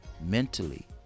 mentally